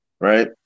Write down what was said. right